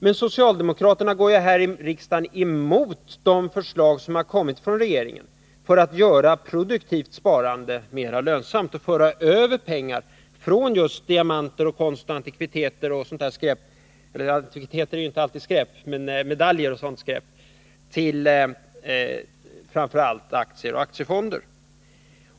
Men socialdemokraterna går ju här i riksdagen emot de förslag som regeringen lagt fram för att göra produktivt sparande mera lönsamt och föra över pengar från just diamanter, konst, antikviteter och sådant där skräp — ja, antikviteter är ju inte alltid skräp, men jag tänker på medaljer och sådant skräp — till framför allt aktier och aktiefonder.